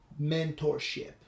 mentorship